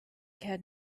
had